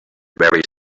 very